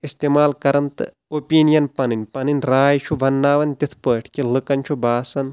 استعمال کران تہٕ اوٚپینیَن پنٕنۍ پنٕنۍ راے چھُ ونناوان تِتھ پٲٹھۍ کہِ لُکن چھُ باسان